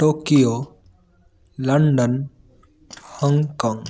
Tokyo London Hong Kong